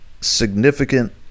significant